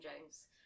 Jones